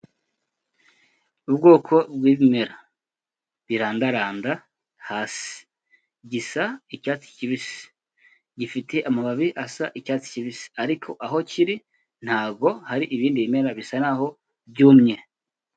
Ubwoko bw'ibimera birandaranda hasi, gisa icyatsi kibisi, gifite amababi asa icyatsi kibisi ariko aho kiri ntabwo hari ibindi bimera, bisa naho byumye.